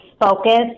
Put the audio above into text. focus